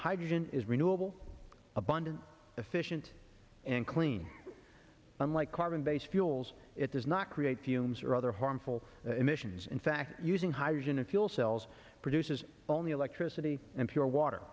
hydrogen is renewable abundant efficient and clean unlike carbon based fuels it does not create fumes or other harmful emissions in fact using hydrogen in fuel cells produces only electricity and pure water